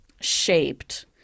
shaped